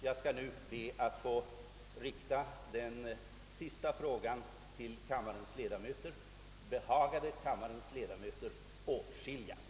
Jag ber nu att få rikta vårsessionens sista fråga till kammarens ledamöter: Behagade kammarens ledamöter åtskiljas?